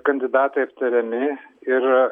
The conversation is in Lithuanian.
kandidatai aptariami ir